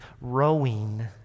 Rowing